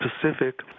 Pacific